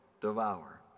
devour